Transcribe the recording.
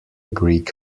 greek